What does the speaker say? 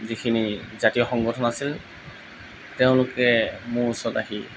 যিখিনি জাতীয় সংগঠন আছিল তেওঁলোকে মোৰ ওচৰত আহি